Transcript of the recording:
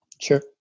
sure